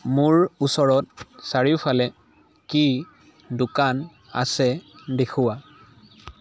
মোৰ ওচৰত চাৰিওফালে কি দোকান আছে দেখুওৱা